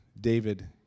David